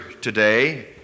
today